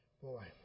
Boy